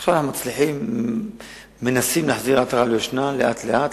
עכשיו מנסים להחזיר עטרה ליושנה לאט-לאט,